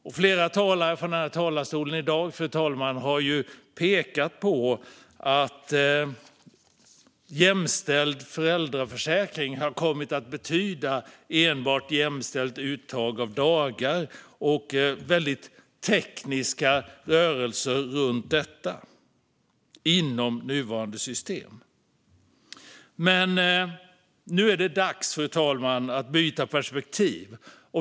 Flera talare har i dag från den här talarstolen, fru talman, pekat på att jämställd föräldraförsäkring har kommit att betyda enbart jämställt uttag av dagar och väldigt tekniska rörelser runt detta inom nuvarande system. Fru talman! Nu är det dags att byta perspektiv.